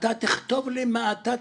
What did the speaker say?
אתה תכתוב לי מה אתה צריך,